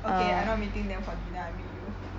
okay I'm not meeting them for dinner I meet you